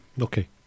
Okay